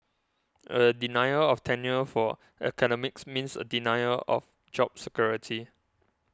a denial of tenure for academics means a denial of job security